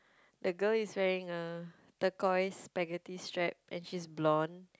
the girl is wearing a turquoise spaghetti strap and she is blonde